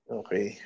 okay